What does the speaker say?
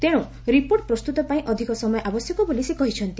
ତେଶ୍ୱ report ପ୍ରସ୍ତୁତ ପାଇଁ ଅଧିକ ସମୟ ଆବଶ୍ୟକ ବୋଲି ସେ କହିଛନ୍ତି